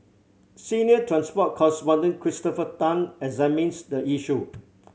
senior transport correspondent Christopher Tan examines the issue